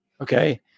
okay